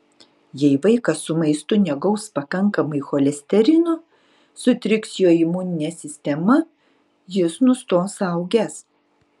jei vaikas su maistu negaus pakankamai cholesterino sutriks jo imuninė sistema jis nustos augęs